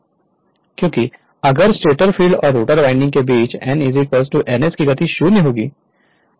क्योंकि अगर stator field और रोटर वाइंडिंग के बीच n ns की गति 0 होगी